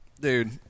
Dude